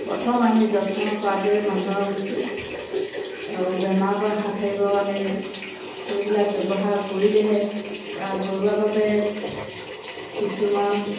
প্ৰথম আমি যত্ন কৰাটোৱে মানুহক উচিত আও বেমাৰৰ পৰা হাত সাৰিবৰ কাৰণে সেইবিলাক ব্যৱহাৰ কৰিলেহে বা ঘৰুৱাভাৱে কিছুমান